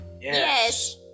Yes